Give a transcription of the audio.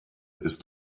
ist